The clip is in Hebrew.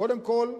קודם כול,